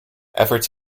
efforts